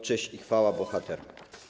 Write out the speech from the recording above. Cześć i chwała bohaterom!